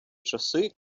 часи